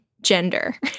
gender